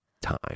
time